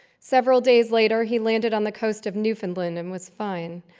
several days later, he landed on the coast of newfoundland and was fine,